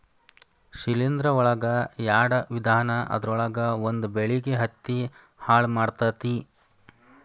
ಶಿಲೇಂಧ್ರ ಒಳಗ ಯಾಡ ವಿಧಾ ಅದರೊಳಗ ಒಂದ ಬೆಳಿಗೆ ಹತ್ತಿ ಹಾಳ ಮಾಡತತಿ